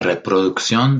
reproducción